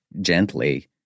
gently